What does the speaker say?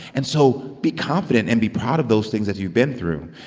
and so be confident and be proud of those things that you've been through.